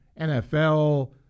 NFL